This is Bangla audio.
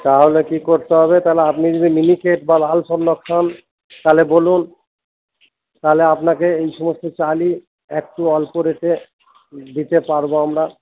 তাহলে কী করতে হবে তাহলে আপনি যদি মিনিকেট বা লাল সম্রাট খান তাহলে বলুন তাহলে আপনাকে এই সমস্ত চালই একটু অল্প রেটে দিতে পারবো আমরা